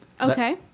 Okay